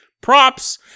props